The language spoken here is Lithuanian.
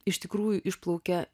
iš tikrųjų išplaukia